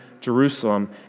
Jerusalem